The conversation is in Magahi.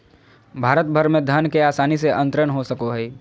भारत भर में धन के आसानी से अंतरण हो सको हइ